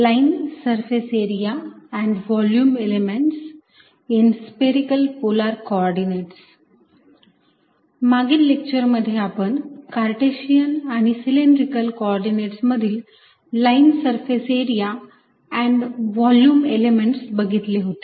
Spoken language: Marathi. line surface area and volume elements in spherical polar coordinates मागील लेक्चरमध्ये आपण कार्टेशियन आणि सिलेंड्रिकल कोऑर्डिनेट्स मधील line surface area and volume elements बघितले होते